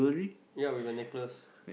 ya with a necklace